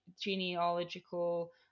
genealogical